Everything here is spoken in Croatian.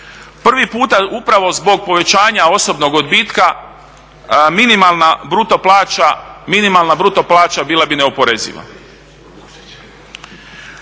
Prvi puta upravo zbog povećanja osobnog odbitka minimalna bruto plaća bila bi neoporeziva.